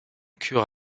cure